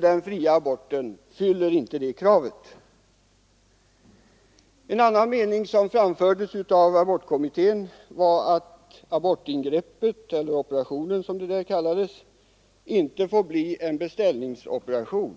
Den fria aborten fyller inte det kravet. En annan mening som fördes fram i abortkommittén var att abortingreppet eller, som det kallades, abortoperationen inte får bli en beställningsoperation.